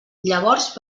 llavors